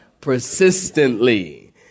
Persistently